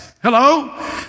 Hello